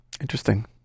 Interesting